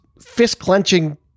fist-clenching